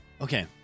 Okay